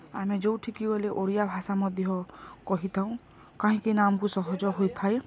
ଆମେ ଯେଉଁଠିକି ଗଲେ ଓଡ଼ିଆ ଭାଷା ମଧ୍ୟ କହିଥାଉ କାହିଁକିନା ଆମକୁ ସହଜ ହୋଇଥାଏ